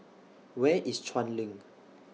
Where IS Chuan LINK